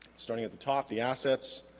starting at the top the assets